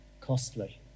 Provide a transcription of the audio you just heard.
costly